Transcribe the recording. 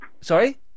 Sorry